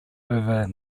over